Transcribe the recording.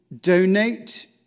donate